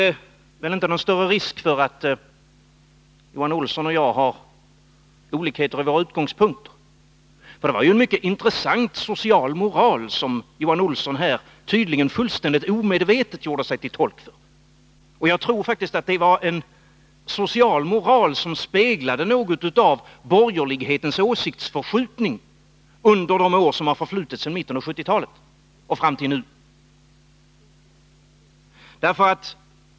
Det är väl inte någon större risk att Johan Olsson och jag skulle sakna olikheter därvidlag. Det var en mycket intressant social moral som Johan Olsson här, tydligen fullständigt omedvetet, gjorde sig till tolk för. Jag tror faktiskt att denna sociala moral speglade något av borgerlighetens åsiktsförskjutning under de år som förflutit sedan mitten av 1970-talet och fram till nu.